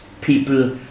people